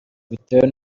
bitewe